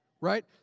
right